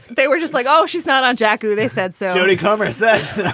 they were just like, oh, she's not on jackie. they said saffioti, common sense